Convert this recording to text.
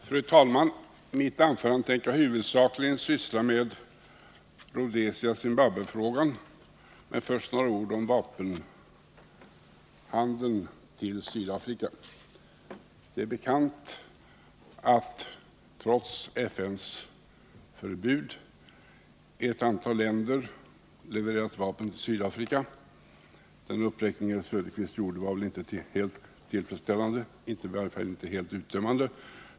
Fru talman! I mitt anförande tänker jag huvudsakligen ägna mig åt Rhodesia-Zimbabwe-frågan, men först vill jag säga några ord om vapenhandeln med Sydafrika. Det är bekant att ett antal länder, trots FN:s förbud, har levererat vapen till Sydafrika. Den uppräkning som herr Söderqvist gjorde var inte helt tillfredsställande, i varje fall inte helt uttömmande.